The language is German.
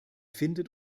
findet